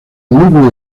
núcleo